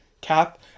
Cap